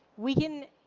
we can